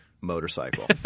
motorcycle